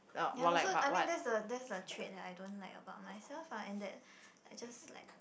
ya loh so I mean that's the that's the trait that I don't like about myself lah and that I just like